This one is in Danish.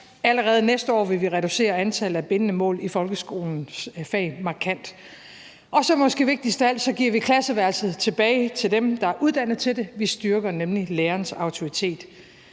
Allerede næste år vil vi reducere antallet af bindende mål i folkeskolens fag markant. Og så, måske vigtigst af alt, giver vi klasseværelset tilbage til dem, der er uddannet til det. Vi styrker nemlig lærerens autoritet.